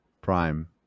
prime